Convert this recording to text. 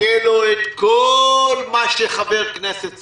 יהיה לו כל מה שחבר כנסת צריך.